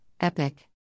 Epic